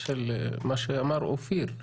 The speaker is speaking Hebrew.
את מה שאמר אופיר?